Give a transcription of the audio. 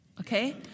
Okay